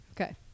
okay